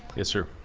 yes sir.